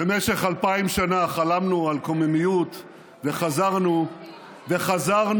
במשך אלפיים שנה חלמנו על קוממיות וחזרנו אחרי